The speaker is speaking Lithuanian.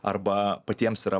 arba patiems yra